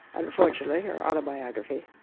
unfortunately or autobiography.